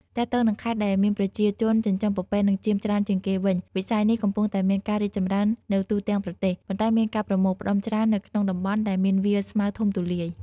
ទាក់ទងនឹងខេត្តដែលមានប្រជាជនចិញ្ចឹមពពែនិងចៀមច្រើនជាងគេវិញ វិស័យនេះកំពុងតែមានការរីកចម្រើននៅទូទាំងប្រទេស ប៉ុន្តែមានការប្រមូលផ្តុំច្រើននៅក្នុងតំបន់ដែលមានវាលស្មៅធំទូលាយ។